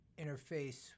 interface